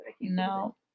no